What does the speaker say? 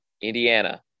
Indiana